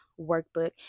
workbook